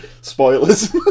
Spoilers